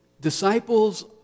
Disciples